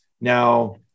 Now